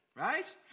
right